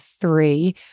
three